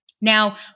Now